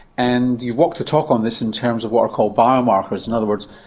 and you've walked the talk on this in terms of what are called biomarkers, in other words,